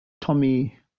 Tommy